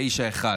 1:9,